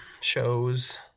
shows